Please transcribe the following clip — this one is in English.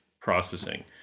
processing